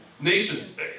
Nations